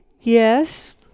yes